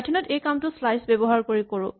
Python ত এই কামটো শ্লাইচ ব্যৱহাৰ কৰি কৰো